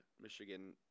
Michigan